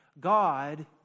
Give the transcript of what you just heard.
God